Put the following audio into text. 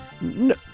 No